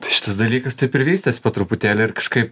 tai šitas dalykas taip ir vystės po truputėlį ir kažkaip